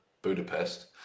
Budapest